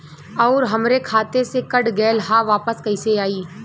आऊर हमरे खाते से कट गैल ह वापस कैसे आई?